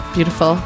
Beautiful